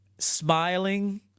Smiling